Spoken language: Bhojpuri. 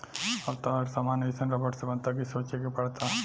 अब त हर सामान एइसन रबड़ से बनता कि सोचे के पड़ता